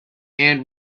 and